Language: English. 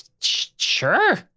Sure